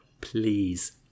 Please